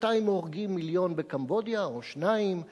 בינתיים הרגו מיליון או שניים בקמבודיה,